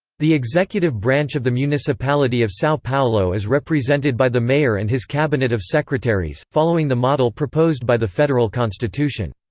the executive branch of the municipality of sao paulo is represented by the mayor and his cabinet of secretaries, following the model proposed by the federal constitution.